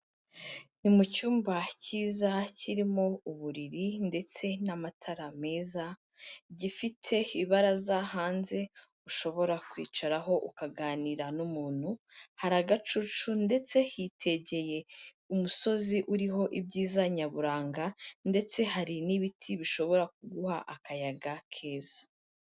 Ni mu cyumba kiza kirimo uburiri ndetse n'amatara meza gifite ibaraza hanze ushobora kwicaraho ukaganira n'umuntu, hari agacucu ndetse hitegeye umusozi uriho ibyiza nyaburanga, ndetse hari n'ibiti bishobora kuguha akayaga keza.